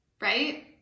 Right